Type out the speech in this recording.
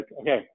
okay